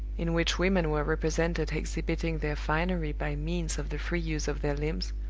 in which women were represented exhibiting their finery by means of the free use of their limbs,